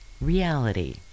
reality